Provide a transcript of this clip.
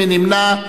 מי נמנע?